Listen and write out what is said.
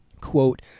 Quote